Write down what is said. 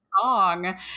song